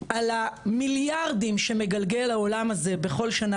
על המיליארדים שמגלגל העולם הזה בכל שנה